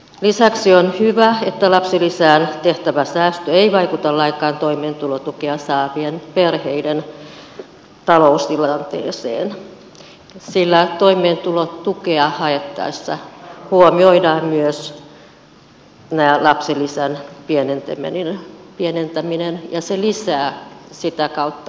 lisäksi on hyvä että lapsilisään tehtävä säästö ei vaikuta lainkaan toimeentulotukea saavien perheiden taloustilanteeseen sillä toimeentulotukea haettaessa huomioidaan myös tämä lapsilisän pieneneminen ja se lisää sitä kautta toimeentulotukea